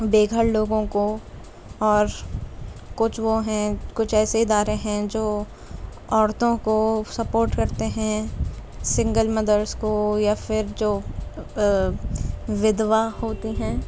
بے گھر لوگوں کو اور کچھ وہ ہیں کچھ ایسے ادارے ہیں جو عورتوں کو سپورٹ کرتے ہیں سنگل مدرس کو یا پھر جو ودھوا ہوتی ہیں